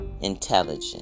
intelligent